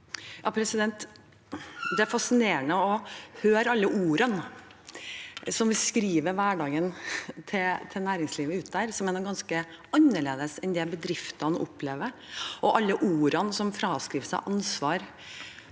Det er fas- cinerende å høre alle ordene som beskriver hverdagen til næringslivet der ute, som er ganske annerledes enn det bedriftene opplever, og alle ordene som fraskriver seg ansvar